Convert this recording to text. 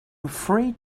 afraid